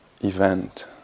event